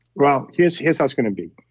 well, here's here's how it's going to be.